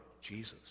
Jesus